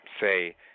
say